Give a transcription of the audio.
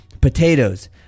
potatoes